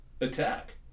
attack